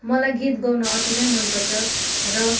मलाई गीत गाउन अति नै मन पर्छ र